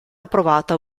approvata